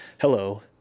Hello